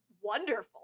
wonderful